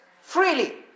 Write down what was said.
freely